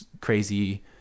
crazy